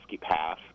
Pass